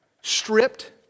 stripped